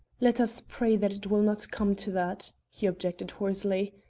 let us pray that it will not come to that, he objected hoarsely.